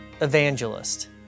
evangelist